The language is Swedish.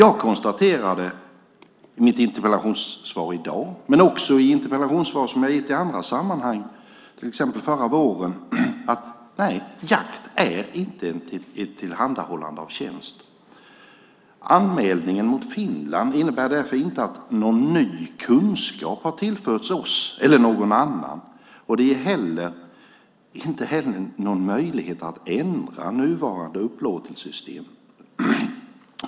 Jag konstaterade i mitt interpellationssvar i dag, men också i interpellationssvar som jag har gett i andra sammanhang, till exempel förra våren: Nej, jakt är inte ett tillhandahållande av tjänst. Anmälningen mot Finland innebär därför inte att någon ny kunskap har tillförts oss eller någon annan, och det är inte heller någon möjlighet att ändra nuvarande upplåtelsesystem.